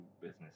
business